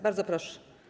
Bardzo proszę.